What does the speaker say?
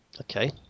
Okay